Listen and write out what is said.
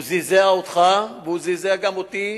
הוא זעזע אותך, הוא זעזע גם אותי